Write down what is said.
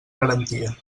garantia